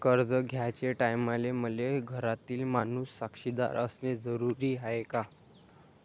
कर्ज घ्याचे टायमाले मले घरातील माणूस साक्षीदार असणे जरुरी हाय का?